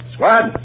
Squad